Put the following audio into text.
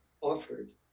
offered